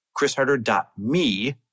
chrisharder.me